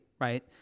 right